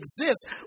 exist